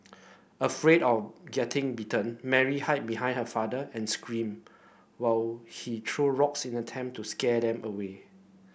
afraid of getting bitten Mary hid behind her father and screamed while he threw rocks in an attempt to scare them away